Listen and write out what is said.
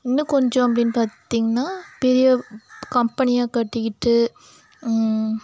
இன்னும் கொஞ்சம் அப்படின் பார்த்தீங்னா பெரிய கம்பெனியாக கட்டிக்கிட்டு